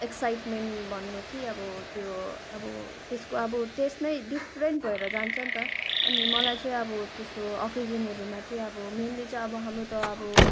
excitement भन्नु कि अब त्यो अब त्यसको अब टेस्ट नै डिफरेन्ट भएर जान्छ नि त अनि मलाई चाहिँ अब त्यस्तो ओकेजनहरूमा चाहिँ मेन्ली चाहिँ अब हाम्रो त अब